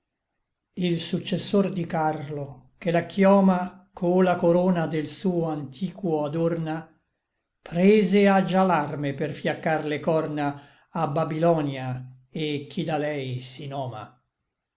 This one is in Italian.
il successor di karlo che la chioma co la corona del suo antiquo adorna prese à già l'arme per fiacchar le corna a babilonia et chi da lei si noma